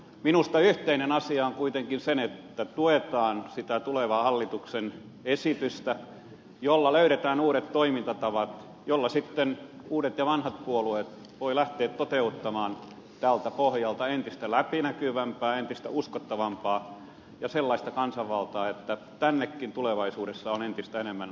minusta yhteinen asia on kuitenkin se että tuetaan sitä tulevaa hallituksen esitystä jolla löydetään uudet toimintatavat joilla sitten uudet ja vanhat puolueet voivat lähteä toteuttamaan tältä pohjalta entistä läpinäkyvämpää entistä uskottavampaa ja sellaista kansanvaltaa että tännekin tulevaisuudessa on entistä enemmän halukkaita tulijoita